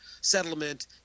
settlement